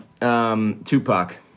Tupac